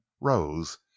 rose